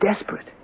desperate